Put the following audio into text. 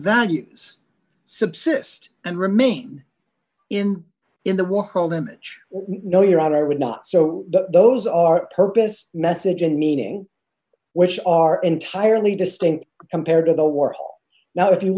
values subsist and remain in in the one whole image no your honor would not so those are purpose message and meaning which are entirely distinct compared to the warhol now if you